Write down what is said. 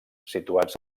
situats